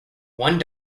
one